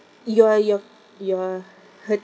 you're you're you're hurting